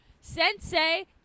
Sensei